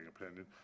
opinion